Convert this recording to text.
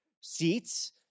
seats